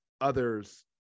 others